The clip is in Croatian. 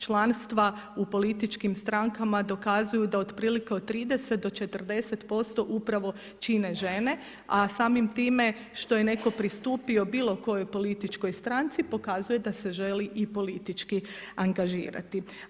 Članstva u političkim strankama dokazuju da otprilike od 30 do 40% upravo čine žene, a samim time što je netko pristupio bilo kojoj političkoj stranci pokazuje da se želi i politički angažirati.